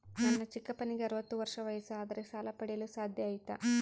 ನನ್ನ ಚಿಕ್ಕಪ್ಪನಿಗೆ ಅರವತ್ತು ವರ್ಷ ವಯಸ್ಸು ಆದರೆ ಸಾಲ ಪಡೆಯಲು ಸಾಧ್ಯ ಐತಾ?